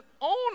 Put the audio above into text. own